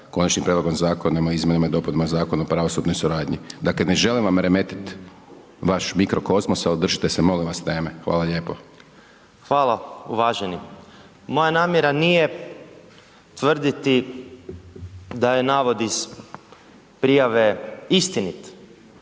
Konačnim prijedlogom Zakona o izmjenama i dopunama Zakona o pravosudnoj suradnji, dakle ne želim vam remetit vaš mikro kozmos, al držite se molimo vas teme. Hvala lijepo. **Pernar, Ivan (Nezavisni)** Hvala uvaženi. Moja namjera nije tvrditi da je navod iz prijave istinit,